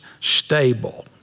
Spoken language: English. stable